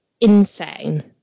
insane